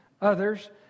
others